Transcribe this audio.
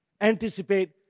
anticipate